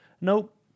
nope